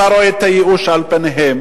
אתה רואה את הייאוש על פניהם.